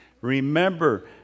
Remember